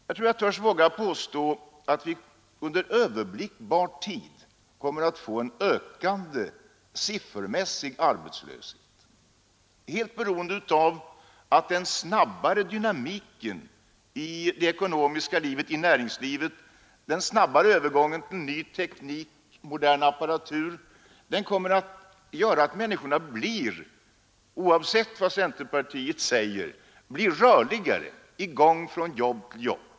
Jag tror att jag vågar påstå att vi under överblickbar tid kommer att få en ökande siffermässig arbetslöshet, helt beroende på att den snabbare dynamiken i det ekonomiska livet och i näringslivet, den snabbare övergången till modern teknik och modern apparatur, kommer att medföra att människorna, oavsett vad centerpartiet säger, blir rörligare från jobb till jobb.